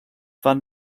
wann